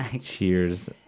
Cheers